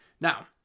Now